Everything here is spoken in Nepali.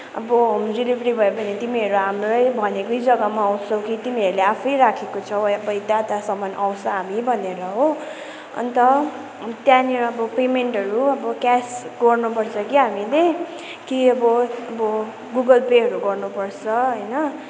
अब होम डेलिभरी भयो भने तिमीहरू हाम्रै भनेकै जग्गामा आउँछौ कि तिमीहरूले आफै राखेको छौ अब त्यहाँ त्यहाँसम्म आउँछौ हामी भनेर हो अन्त त्यहाँनिरको पेमेन्टहरू अब क्यास गर्नु पर्छ कि हामीहरूले के अब अब गुगल पेहरू गर्नु पर्छ होइन